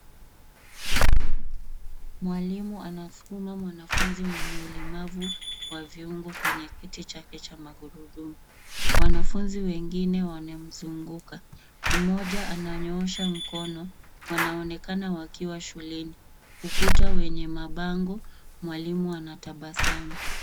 Mwalimu anasukuma mwanafunzi mwenye ulemavu wa viungo kwenye kiti chake cha magurudumu. Wanafunzi wengine wanamzunguka. Mmoja ananyoosha mkono. Wanaonekana wakiwa shuleni. Ukuta wenye mabango. Mwalimu anatabasamu.